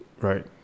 right